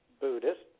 Buddhist